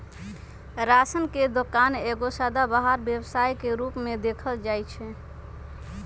ration के दोकान एगो सदाबहार व्यवसाय के रूप में देखल जाइ छइ